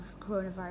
coronavirus